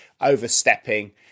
overstepping